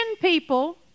people